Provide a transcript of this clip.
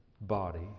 body